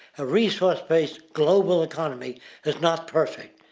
a resource based global economy is not perfect,